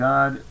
God